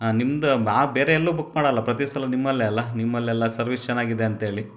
ಆಂ ನಿಮ್ದು ನಾವು ಬೇರೆ ಎಲ್ಲೂ ಬುಕ್ ಮಾಡೋಲ್ಲ ಪ್ರತಿ ಸಲ ನಿಮ್ಮಲ್ಲೇ ಅಲ್ವಾ ನಿಮ್ಮಲ್ಲೆಲ್ಲ ಸರ್ವೀಸ್ ಚೆನ್ನಾಗಿದೆ ಅಂತೇಳಿ